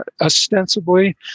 ostensibly